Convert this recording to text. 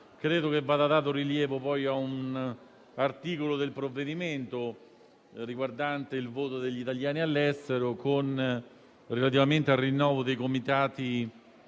Credo che vada dato rilievo anche all'articolo 5 del provvedimento riguardante il voto degli italiani all'estero relativamente al rinnovo dei Comitati